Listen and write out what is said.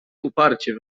uparcie